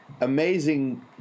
Amazing